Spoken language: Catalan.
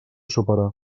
superar